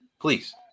Please